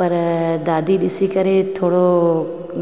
पर दादी ॾिसी करे थोरो